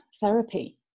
therapy